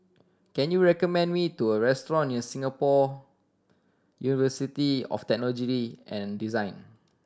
can you recommend me do a restaurant near Singapore University of Technology and Design